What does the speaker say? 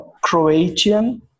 Croatian